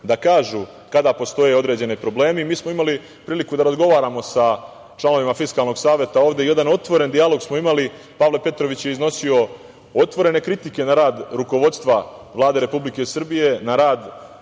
da kažu kada postoje određeni problemi. Imali smo priliku da razgovaramo članovima Fiskalnog saveta ovde. Jedan otvoren dijalog smo imali. Pavle Petrović je iznosio otvorene kritike na rad rukovodstva Vlade Republike Srbije, na rad